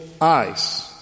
eyes